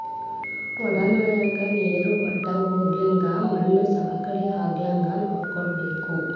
ವಡನ್ಯಾಗ ನೇರ ವಡ್ದಹೊಗ್ಲಂಗ ಮಣ್ಣು ಸವಕಳಿ ಆಗ್ಲಂಗ ನೋಡ್ಕೋಬೇಕ